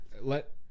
let